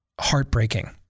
heartbreaking